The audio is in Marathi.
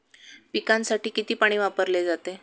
पिकांसाठी किती पाणी वापरले जाते?